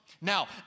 Now